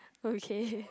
okay